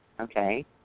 okay